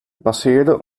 passeerde